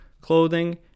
clothing